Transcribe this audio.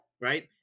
Right